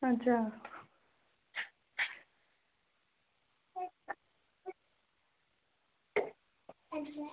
अच्छा